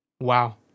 Wow